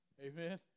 Amen